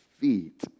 feet